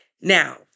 Now